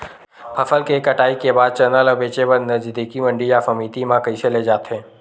फसल कटाई के बाद चना ला बेचे बर नजदीकी मंडी या समिति मा कइसे ले जाथे?